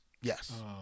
Yes